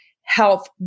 health